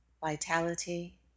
vitality